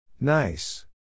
Nice